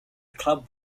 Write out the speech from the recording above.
club